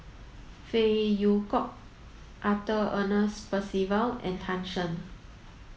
Phey Yew Kok Arthur Ernest Percival and Tan Shen